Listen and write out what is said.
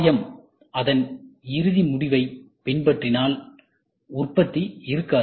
M அதன் இறுதி முடிவை பின்பற்றினால் உற்பத்தி இருக்காது